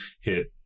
hit